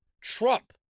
Trump